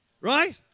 Right